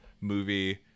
movie